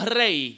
rey